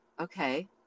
Okay